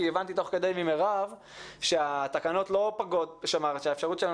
כי הבנתי תוך כדי ממירב שהתקנות לא פגות ושהאפשרות שלנו